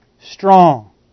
strong